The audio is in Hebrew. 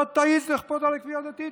אתה תעז לכפות עליי כפייה דתית?